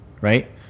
right